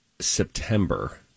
september